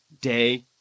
day